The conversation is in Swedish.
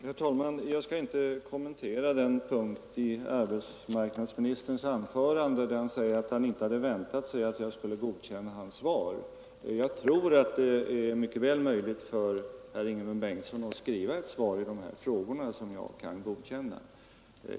Herr talman! Jag skall inte kommentera det avsnitt i arbetsmarknadsministerns anförande där han sade att han inte hade väntat sig att jag skulle godkänna hans svar. Jag tror att det mycket väl skulle vara möjligt för herr Ingemund Bengtsson att skriva ett interpellationssvar i dessa frågor som jag kan godkänna.